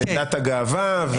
דת הגאווה.